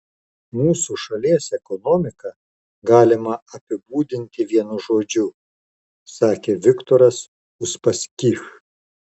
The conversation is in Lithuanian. mūsų šalies ekonomiką galima apibūdinti vienu žodžiu sakė viktoras uspaskich